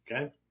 okay